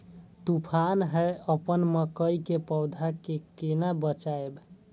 तुफान है अपन मकई के पौधा के केना बचायब?